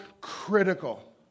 critical